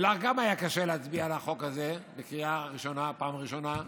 וגם לך היה קשה להצביע על החוק הזה בקריאה ראשונה בפעם הראשונה,